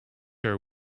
her